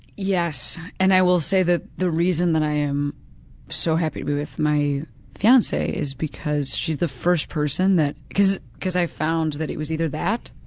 yes. and i will say that the reason that i am so happy to be with my fiancee is because she is the first person that because because i found that it was either that,